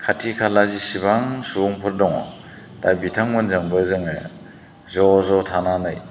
खाथि खाला जेसेबां सुबुंफोर दङ दा बिथांमोनजोंबो जोङो ज' ज' थानानै